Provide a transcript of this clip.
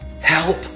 Help